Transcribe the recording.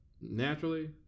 naturally